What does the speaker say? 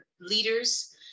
leaders